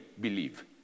believe